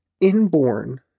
inborn